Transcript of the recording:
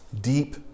deep